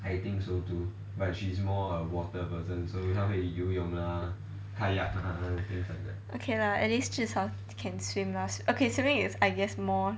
okay lah at least 直少 can swim lah okay swimming is more I guess